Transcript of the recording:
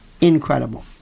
incredible